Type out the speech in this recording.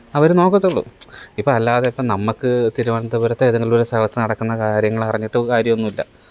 അവര് നോക്കത്തുള്ളൂ ഇപ്പം അല്ലാതിപ്പം നമ്മക്ക് തിരുവനന്തപുരത്തെ ഏതെങ്കിലും ഒരു സ്ഥലത്ത് നടക്കുന്ന കര്യങ്ങളറിഞ്ഞിട്ടോ കാര്യമൊന്നുമില്ല